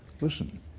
listen